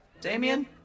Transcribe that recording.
Damien